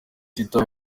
twitter